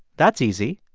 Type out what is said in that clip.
that's easy.